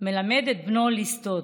מלמד את בנו ליסטות.